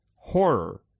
horror